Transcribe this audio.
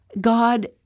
God